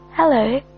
Hello